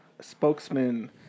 Spokesman